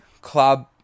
club